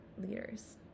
leaders